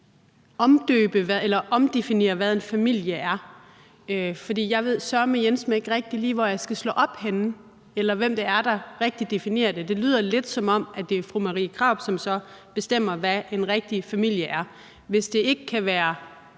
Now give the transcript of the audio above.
omdefinere, hvad en familie er. For jeg ved sørenjenseme ikke rigtig lige, hvor jeg skal slå op henne, eller hvem det er, der rigtigt definerer det. Det lyder lidt, som om det er fru Marie Krarup, som så bestemmer, hvad en rigtig familie er. Hvis to kvinder